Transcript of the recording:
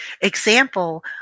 example